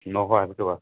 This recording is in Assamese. নশ আশী টকা